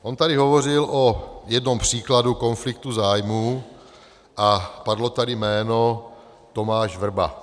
On tady hovořil o jednom příkladu konfliktu zájmů a padlo tady jméno Tomáš Vrba.